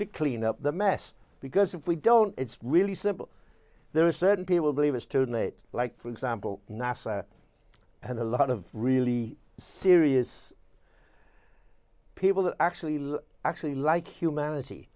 to clean up the mess because if we don't it's really simple there are certain people believe it's too late like for example nasa had a lot of really serious people that actually actually like humanity